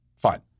Fine